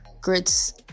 grits